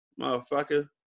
Motherfucker